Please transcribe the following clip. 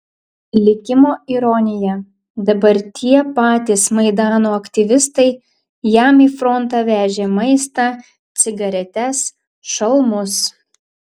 likimo ironija dabar tie patys maidano aktyvistai jam į frontą vežė maistą cigaretes šalmus